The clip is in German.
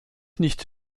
nicht